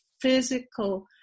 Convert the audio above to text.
physical